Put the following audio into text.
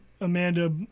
Amanda